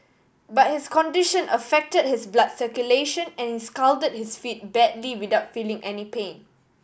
but his condition affected his blood circulation and scalded his feet badly without feeling any pain